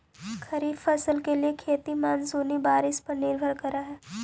खरीफ फसल के लिए खेती मानसूनी बारिश पर निर्भर करअ हई